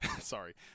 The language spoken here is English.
sorry